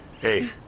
Hey